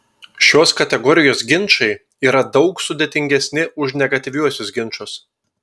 šios kategorijos ginčai yra daug sudėtingesni už negatyviuosius ginčus